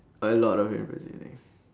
a lot of impressive thing